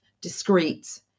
discreet